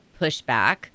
pushback